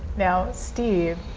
now steve,